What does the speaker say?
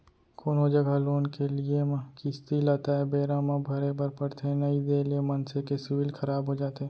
कोनो जघा लोन के लेए म किस्ती ल तय बेरा म भरे बर परथे नइ देय ले मनसे के सिविल खराब हो जाथे